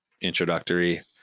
introductory